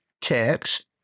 text